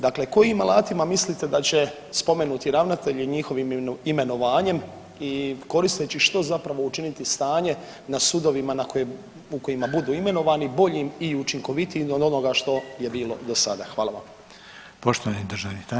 Dakle, kojim alatima mislite da će spomenuti ravnatelji njihovim imenovanjem i koristeći što zapravo, učiniti stanje na sudovima na koje, u kojima budu imenovani boljim i učinkovitijim od onoga što je bilo do sada?